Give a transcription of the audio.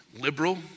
liberal